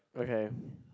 okay